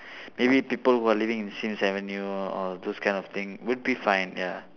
maybe people who are living in sims avenue or those kind of thing would be fine ya